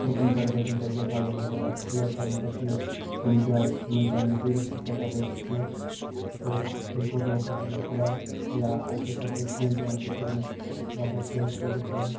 ٹٕرٛپَن پٮ۪ٹھ گژھُن تَتہِ گژھٕ ہا بہٕ مطلب ایکٕسپٕلور کَرُن کَشمیٖر تِم جاے یِمَن جایَن نہٕ ٹوٗرِسٹہٕ چھِ ہٮ۪کان وٲتِتھ کِہیٖنۍ تہٕ تِم فوٹوٗ ہَسا چھُس بہٕ تُلان یا اَسہِ ہَسا چھِ ییٚتہِ شیٖن پٮ۪وان کٔشیٖرِ منٛز بہٕ آسان شیٖنَس فوٹوٗ تُلان